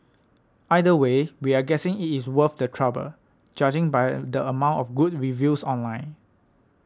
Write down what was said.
either way we're guessing it is worth the trouble judging by the amount of good reviews online